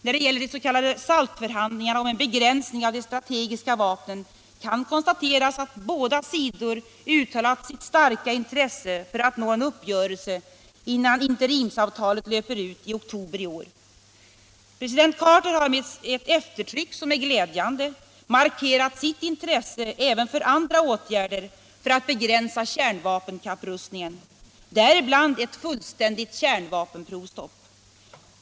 När det gäller de s.k. SALT-förhandlingarna om en begränsning av de strategiska vapnen kan konstateras att båda sidor uttalat sitt starka intresse för att nå en uppgörelse innan interimsavtalet löper ut i oktober i år. President Carter har, med ett eftertryck som är glädjande, markerat sitt intresse även för andra åtgärder för att begränsa kärnvapenkapprustningen, däribland ett fullständigt kärnvapenprovstopp.